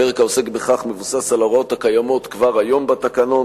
הפרק העוסק בכך מבוסס על ההוראות הקיימות כבר היום בתקנון,